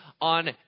on